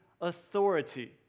authority